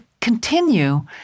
continue